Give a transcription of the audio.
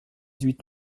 huit